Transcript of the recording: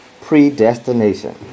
predestination